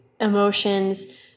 emotions